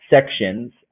sections